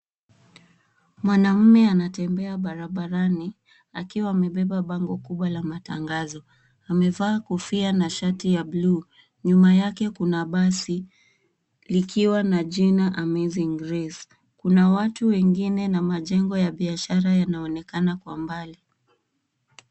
Mwanaume anatembea barabarani akiwa amebeba bango kubwa la matangazo. Amevaa kofia na shati ya bluu. Nyuma yake, kuna basi likiwa na jina Amazing Grace . Kuna watu wengine na majengo ya biashara yanaonekana kwa mbali.